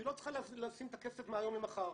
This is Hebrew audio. כי היא לא צריכה לשים את הכסף מהיום למחר,